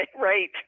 Right